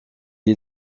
est